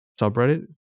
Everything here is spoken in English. subreddit